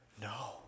No